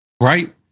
Right